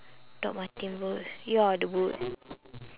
Dr. Martens boots ya the boot